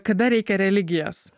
kada reikia religijos